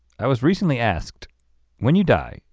i was recently asked when you die,